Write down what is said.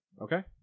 Okay